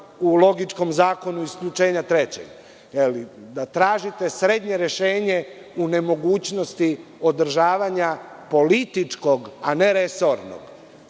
u logičkom zakonu isključenja trećeg, da tražite srednje rešenje u nemogućnosti održavanja političkog, a ne resornog